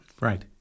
Right